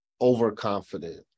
overconfident